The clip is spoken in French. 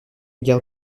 guerre